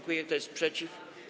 Kto jest przeciw?